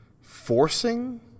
forcing